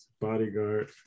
bodyguard